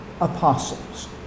apostles